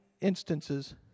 instances